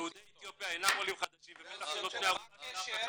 יהודי אתיופיה אינם עולים חדשים ובטח שלא בני ערובה של אף אחד.